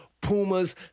pumas